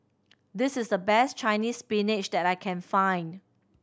this is the best Chinese Spinach that I can find